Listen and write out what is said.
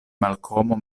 malkomo